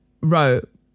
wrote